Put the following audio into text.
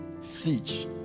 siege